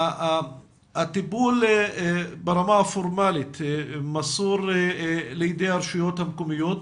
הטיפול ברמה הפורמלית מסור לידי הרשויות המקומיות,